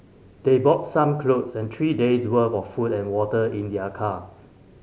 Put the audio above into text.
they brought some clothe and three days' worth of food and water in their car